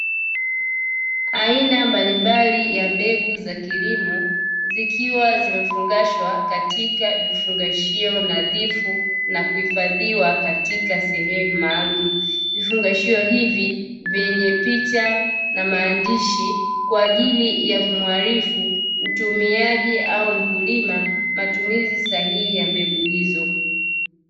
Aina mbalimbali ya mbegu za kilimo zikiwa zimefungashwa katika vifungashio nadhifu na kuhifadhiwa katika sehemu maalumu, vifungashio hivi vyenye picha na maandishi kwa ajili ya kumwarifu mtumiaji au mkulima matumizi sahihi ya mbegu hizo.